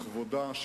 תודה רבה.